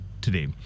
today